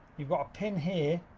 you've got a pin here